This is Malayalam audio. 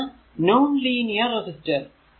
അതാണ് നോൺ ലീനിയർ റെസിസ്റ്റർ